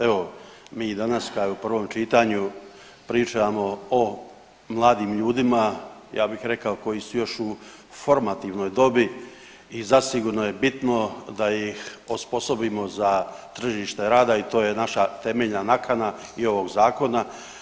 Evo mi i danas kao i u prvom čitanju pričamo o mladim ljudima ja bih rekao koji su još u formativnoj dobi i zasigurno je bitno da ih osposobimo za tržište rada i to je naša temeljna nakana i ovog zakona.